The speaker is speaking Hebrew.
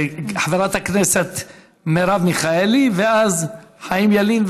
חברת הכנסת מרב מיכאלי ואז חיים ילין,